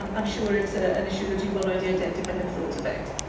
um i'm sure it's ah an issue that you've already identified and thought about,